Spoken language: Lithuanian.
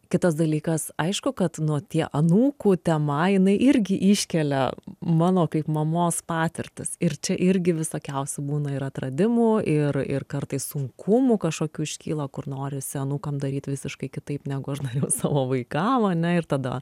kitas dalykas aišku kad nu tie anūkų tema jinai irgi iškelia mano kaip mamos patirtis ir čia irgi visokiausių būna ir atradimų ir ir kartais sunkumų kažkokių iškyla kur norisi anūkam daryt visiškai kitaip negu aš dariau savo vaikam ane ir tada